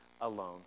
alone